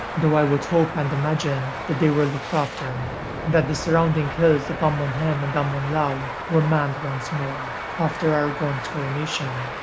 though i would hope and imagine that they were looked after and that the surrounding hills of amon hen and amon lhaw were manned once more after aragorn's coronation.